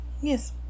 Yes